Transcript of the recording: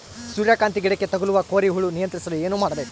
ಸೂರ್ಯಕಾಂತಿ ಗಿಡಕ್ಕೆ ತಗುಲುವ ಕೋರಿ ಹುಳು ನಿಯಂತ್ರಿಸಲು ಏನು ಮಾಡಬೇಕು?